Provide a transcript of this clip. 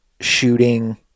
shooting